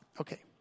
Okay